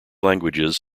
languages